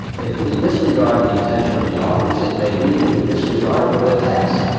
if we disregard the intention of the authors, it may lead to disregard for the text,